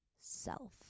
self